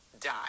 die